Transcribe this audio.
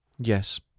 Yes